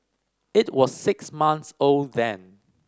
it was six months old then